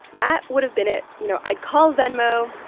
that would have been it. you know, i'd call venmo.